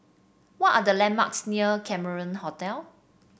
what are the landmarks near Cameron Hotel